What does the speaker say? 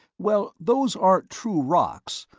well, those aren't true rocks,